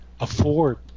afford